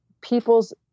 people's